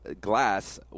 Glass